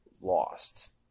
lost